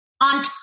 On